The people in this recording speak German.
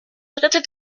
drittel